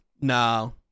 No